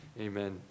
amen